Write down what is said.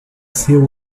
seu